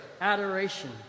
adoration